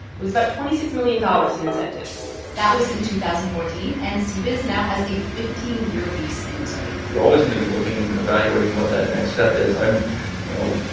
it was about twenty six million dollars in incentives that was in two thousand and fourteen. and cbiz now has a fifteen year lease in missouri you're always going to be looking and evaluating what that next step is. i'm you know,